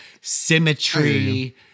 Symmetry